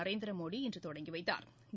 Narendra Modi இன்றுதொடங்கிவைத்தாா்